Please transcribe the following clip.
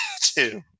two